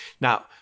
Now